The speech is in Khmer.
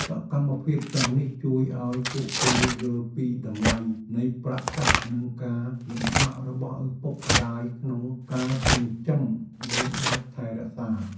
សកម្មភាពទាំងនេះជួយឱ្យពួកគេយល់ពីតម្លៃនៃប្រាក់កាសនិងការលំបាករបស់ឪពុកម្តាយក្នុងការចិញ្ចឹមបីបាច់ថែរក្សា។